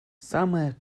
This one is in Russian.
самые